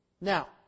Now